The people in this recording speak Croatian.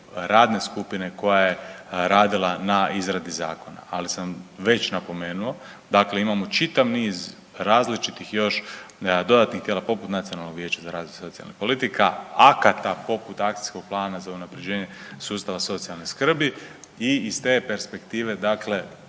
radne skupine koja je radila na izradi zakona, ali sam već napomenuo dakle imamo čitav niz različitih još dodatnih tijela poput Nacionalnog vijeća za razvoj socijalnih politika, akata poput Akcijskog plana za unapređenje sustava socijalne skrbi i iz te je perspektive dakle